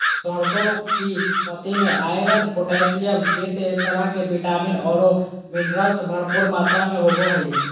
सरसों की पत्ति में आयरन, पोटेशियम, केते तरह के विटामिन औरो मिनरल्स भरपूर मात्रा में होबो हइ